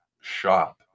shop